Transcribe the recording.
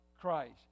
Christ